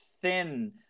thin